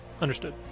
Understood